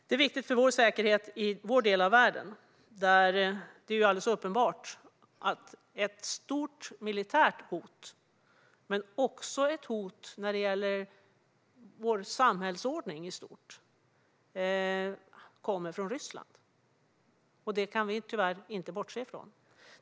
Det är viktigt för vår säkerhet i vår del av världen, där det är alldeles uppenbart att det finns ett stort militärt hot men också ett hot när det gäller vår samhällsordning i stort. Detta hot kommer från Ryssland. Det kan vi tyvärr inte bortse ifrån.